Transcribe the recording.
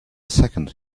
second